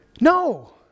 No